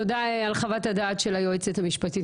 תודה על חוות הדעת של היועצת המשפטית.